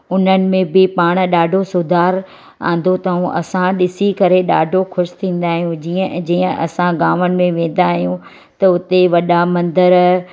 उन्हनि में बि पाण ॾाढो सुधारु आंदो अथऊं असां ॾिसी करे ॾाढो ख़ुशि थींदा आहियूं जीअं जीअं असां गांवनि में वेंदा आहियूं त हुते वॾा मंदर